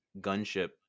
gunship